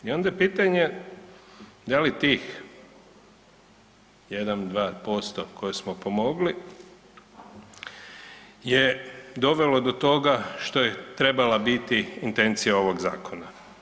I onda je pitanje da li tih 2, 3% koje smo pomogli je dovelo do toga što je trebala biti intencija ovog zakona.